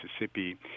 Mississippi